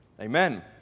amen